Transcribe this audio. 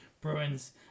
Bruins